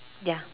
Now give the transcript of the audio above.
ya